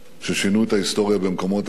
ששינו את ההיסטוריה במקומות אחרים.